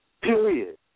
Period